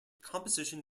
composition